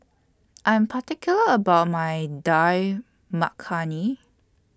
I Am particular about My Dal Makhani